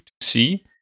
see